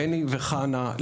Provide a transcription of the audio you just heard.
בני וחנה,